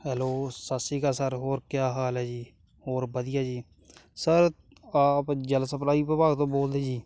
hello Sat Shri Akal sir ਹੋਰ ਕਿਆ ਹਾਲ ਹੈ ਜੀ ਹੋਰ ਵਧੀਆ ਜੀ ਸਰ ਆਪ ਜਲ ਸਪਲਾਈ ਵਿਭਾਗ ਤੋਂ ਬੋਲਦੇ ਜੀ